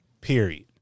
Period